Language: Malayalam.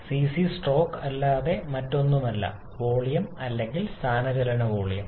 സിസി സ്ട്രോക്ക് അല്ലാതെ മറ്റൊന്നുമല്ല വോളിയം അല്ലെങ്കിൽ സ്ഥാനചലന വോളിയം